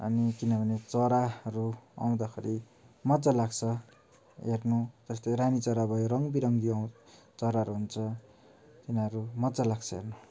अनि किनभने चराहरू आउँदाखेरि मज्जा लाग्छ हेर्नु जस्तै रानीचरा भयो रङबिरङ्गी आउ चराहरू हुन्छ तिनीहरू मज्जा लाग्छ हेर्नु